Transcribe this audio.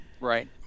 right